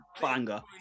banger